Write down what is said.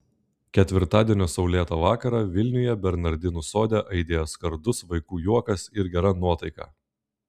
ketvirtadienio saulėtą vakarą vilniuje bernardinų sode aidėjo skardus vaikų juokas ir gera nuotaika